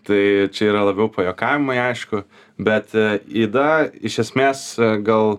tai čia yra labiau pajuokavimai aišku bet yda iš esmės gal